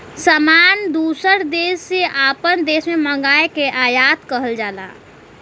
सामान दूसर देस से आपन देश मे मंगाए के आयात कहल जाला